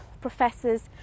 professors